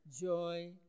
Joy